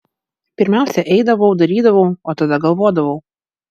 pirmiausia eidavau darydavau o tada galvodavau